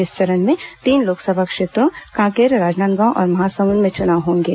इस चरण में तीन लोकसभा क्षेत्रों कांकेर राजनांदगांव और महासमुंद में चुनाव होंगे